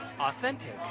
authentic